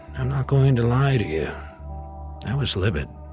i'm not going to lie to you i was livid.